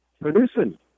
producing